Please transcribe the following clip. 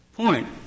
point